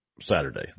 Saturday